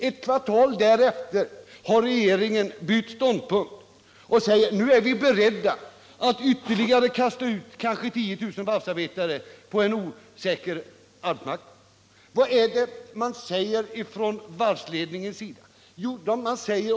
Ett kvartal därefter har regeringen bytt ståndpunkt och säger: Nu är vi beredda att kasta ut ytterligare omkring 10 000 varvsarbetare på en osäker arbetsmarknad. Vad säger varvsledningen och facket?